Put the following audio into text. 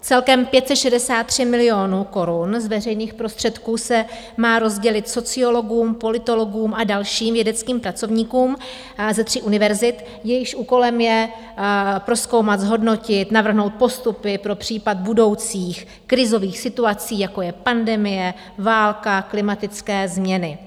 Celkem 563 milionů korun z veřejných prostředků se má rozdělit sociologům, politologům a dalším vědeckým pracovníkům ze tří univerzit, jejichž úkolem je prozkoumat, zhodnotit, navrhnout postupy pro případ budoucích krizových situací, jako je pandemie, válka, klimatické změny.